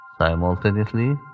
simultaneously